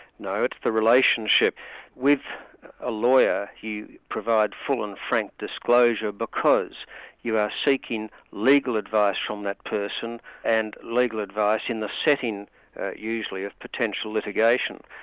no, it's the relationship with a lawyer you provide full and frank disclosure because you are seeking legal advice from that person and legal advice in the setting usually of potential litigation.